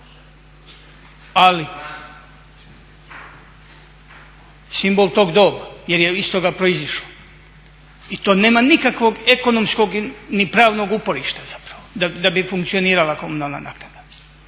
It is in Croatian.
ali simbol tog doba jer je iz toga proizišlo, i to nema nikakvog ekonomskog ni pravnog uporišta zapravo da bi funkcionirala komunalna naknada,